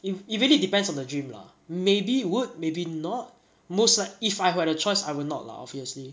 if it really depends on the dream lah maybe would maybe not most like~ if I had a choice I will not lah obviously